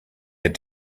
had